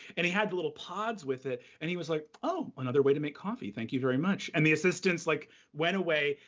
and he had little pods with it, and he was like, oh, another way to make coffee. thank you very much. and the assistants like went away,